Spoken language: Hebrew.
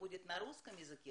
לבחור את השפה שמתאימה לכם.